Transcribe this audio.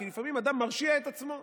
כי לפעמים אדם מרשיע את עצמו.